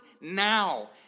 now